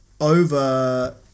over